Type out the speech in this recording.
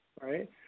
right